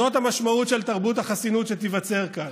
זאת המשמעות של תרבות החסינות שתיווצר כאן.